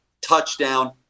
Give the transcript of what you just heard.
touchdown –